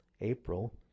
April